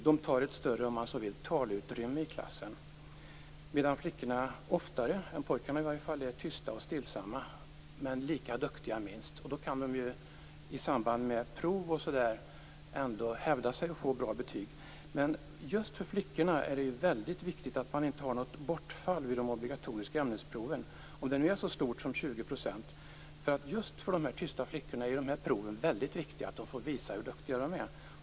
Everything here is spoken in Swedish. De tar ett större talutrymme i klassen. Flickorna är oftare än pojkarna tysta och stillsamma, men minst lika duktiga. I samband med prov kan de hävda sig och få bra betyg. Just för flickorna är det viktigt att inte ha något bortfall i de obligatoriska ämnesproven - om det nu är så stort som 20 %. Just för de tysta flickorna är proven viktiga, så att de kan visa hur duktiga de är.